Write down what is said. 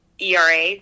ERA